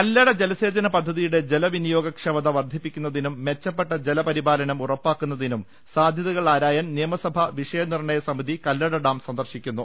കല്ലട ജലസേചന പദ്ധതിയുടെ ജലവിനിയോഗക്ഷമത വർധിപ്പി ക്കുന്നതിനും മെച്ചപ്പെട്ട ജലപരിപാലനം ഉറപ്പാക്കുന്നതിനും സാ ധ്യതകൾ ആരായാൻ നിയമസഭാ വിഷയനിർണയ സമിതി കല്ലട ഡാം സന്ദർശിക്കുന്നു